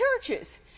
churches